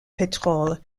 pétrole